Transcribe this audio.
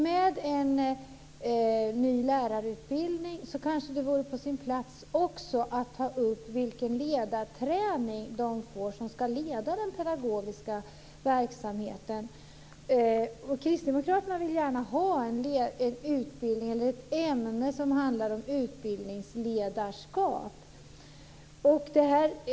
Med en ny lärarutbildning vore det kanske på sin plats att också ta upp vilken ledarträning de får som ska leda den pedagogiska verksamheten. Kristdemokraterna vill gärna ha ett ämne som handlar om utbildningsledarskap.